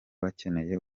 bakeneye